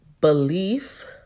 belief